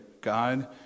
god